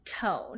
tone